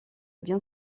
bien